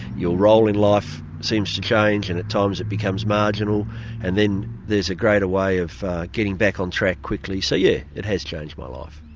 your role in life seems to change and at times it becomes marginal and then there's a greater way of getting back on track quickly so yeah, it has changed my life.